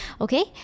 okay